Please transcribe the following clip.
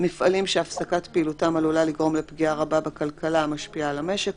מפעלים שהפסקת פעילותם עלולה לגרום לפגיעה רבה בכלכלה המשפיעה על המשק,